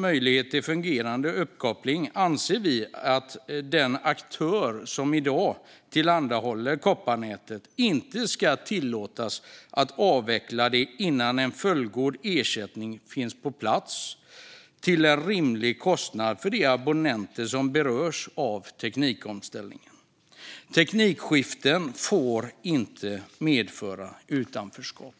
möjlighet till fungerande uppkoppling anser vi att den aktör som i dag tillhandahåller kopparnätet inte ska tillåtas avveckla det innan en fullgod ersättning finns på plats till en rimlig kostnad för de abonnenter som berörs av teknikomställningen. Teknikskiften får inte medföra utanförskap.